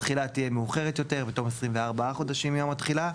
תחילה תהיה מאוחרת יותר בתום 24 חודשים מיום התחילה,